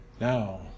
now